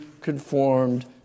conformed